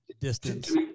distance